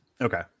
Okay